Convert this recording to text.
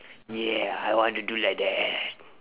yeah I want to do like that